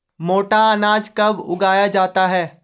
मोटा अनाज कब उगाया जाता है?